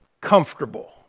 comfortable